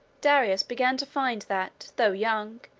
darius began to find that, though young,